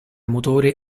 motore